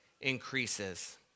increases